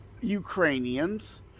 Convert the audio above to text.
Ukrainians